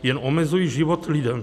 Jen omezují život lidem.